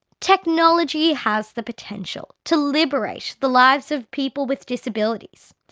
technology has the potential to liberate the lives of people with disability.